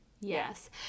Yes